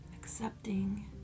accepting